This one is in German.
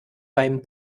beim